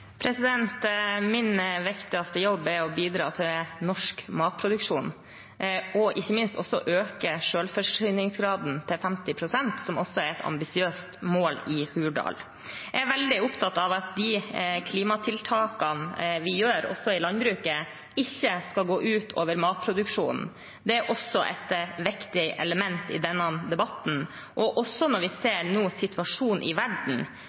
Min viktigste jobb er å bidra til norsk matproduksjon og, ikke minst, også å øke selvforsyningsgraden til 50 pst., som også er et ambisiøst mål i Hurdalsplattformen. Jeg er veldig opptatt av at de klimatiltakene vi gjør, også i landbruket, ikke skal gå ut over matproduksjonen. Det er også et viktig element i denne debatten, og også – når vi nå ser situasjonen i verden